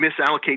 misallocate